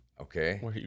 Okay